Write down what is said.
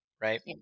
right